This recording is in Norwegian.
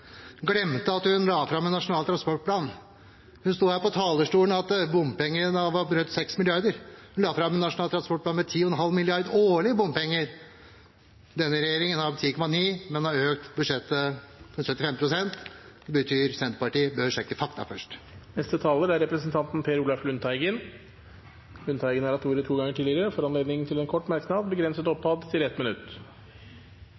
glemte at hun la fram en nasjonal transportplan. Hun sto her på talerstolen og sa at bompengene brøt 6 mrd. kr. Hun la fram en nasjonal transportplan med 10,5 mrd. kr årlig i bompenger. Denne regjeringen har 10,9 mrd. kr, men har økt budsjettet med 75 pst. Det betyr at Senterpartiet bør sjekke fakta først. Representanten Per Olaf Lundteigen har hatt ordet to ganger tidligere og får ordet til en kort merknad, begrenset